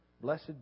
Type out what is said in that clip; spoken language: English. Blessed